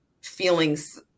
feelings